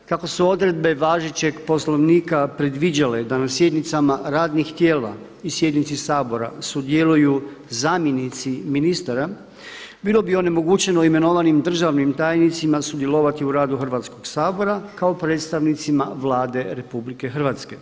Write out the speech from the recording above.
Kako su odredbe važećeg Poslovnika predviđale da na sjednicama radnih tijela i sjednici Sabora sudjeluju zamjenici ministara bilo bi onemogućeno imenovanim državnim tajnicima sudjelovati u radu Hrvatskog sabora kao predstavnicima Vlade Republike Hrvatske.